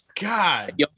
god